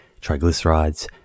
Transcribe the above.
triglycerides